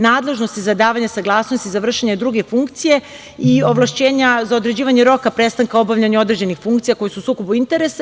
Nadležnost za davanje saglasnosti za vršenje druge funkcije i ovlašćenja za određivanje roka prestanka određenih funkcija, koje su u sukobu interesa.